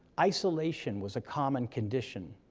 isolation was a common condition.